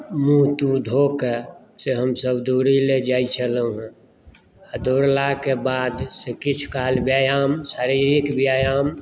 मूँह तूँह धोके से हमसभ दौड़य लेल जाइत छलहुँ हेँ आ दौड़लाके बाद से किछु काल व्यायाम शारीरिक व्यायाम